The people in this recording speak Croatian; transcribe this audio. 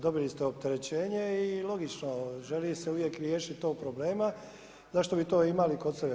Dobili ste opterećenje i logično želi se uvijek riješiti toga problema zašto bi to imali kod sebe.